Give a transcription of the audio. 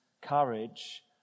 courage